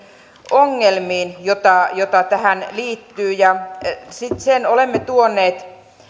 ongelmiin joita tähän liittyy sen olemme tuoneet